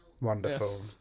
Wonderful